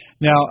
Now